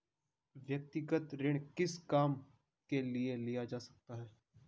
व्यक्तिगत ऋण किस काम के लिए किया जा सकता है?